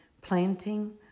planting